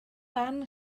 barn